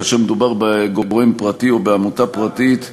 כאשר מדובר בגורם פרטי או בעמותה פרטית,